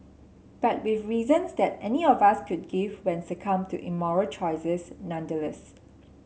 but with reasons that any of us could give when succumbed to immoral choices nonetheless